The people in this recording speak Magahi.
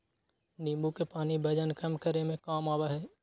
नींबू के पानी वजन कम करे में काम आवा हई